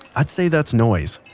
i'd say that's noise.